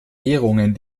ehrungen